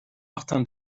martin